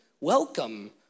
welcome